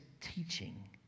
teaching